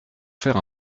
faire